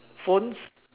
phones